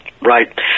Right